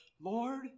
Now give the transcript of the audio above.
Lord